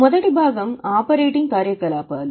మొదటి భాగం ఆపరేటింగ్ కార్యకలాపాలు